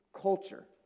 culture